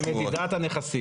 במדידת הנכסים.